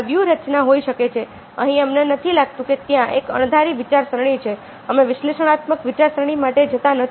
આ વ્યૂહરચના હોઈ શકે છે અહીં અમને નથી લાગતું કે ત્યાં એક અણધારી વિચારસરણી છે અમે વિશ્લેષણાત્મક વિચારસરણી માટે જતા નથી